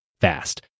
fast